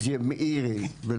מאירי.